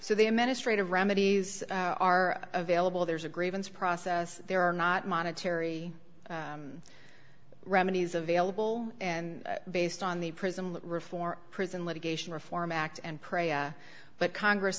so the administrators remedies are available there's a grievance process there are not monetary remedies available and based on the prison reform prison litigation reform act and prayer but congress